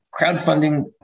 crowdfunding